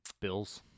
Bills